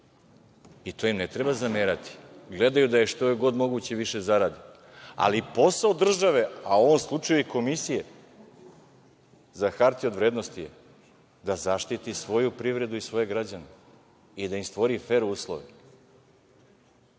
i to im ne treba zamerati. Gledaju da što je god moguće više zarade. Ali, posao države, a u ovom slučaju i Komisije za hartije od vrednosti je da zaštiti svoju privredu i svoje građane i da im stvori fer uslove.